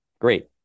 great